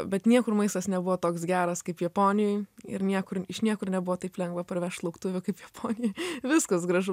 bet niekur maistas nebuvo toks geras kaip japonijoj ir niekur iš niekur nebuvo taip lengva parvešt lauktuvių kaip japonijoj viskas gražu